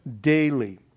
daily